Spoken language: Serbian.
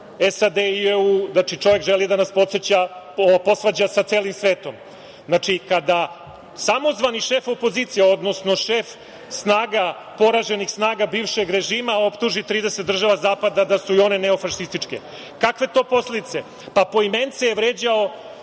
SAD i EU? Znači, čovek želi da nas posvađa sa celim svetom. Kada samozvani šef opozicije, odnosno šef poraženih snaga bivšeg režima optuži 30 država zapada da su i one neofašističke, kakve to posledice, pa poimence je vređao